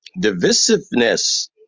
Divisiveness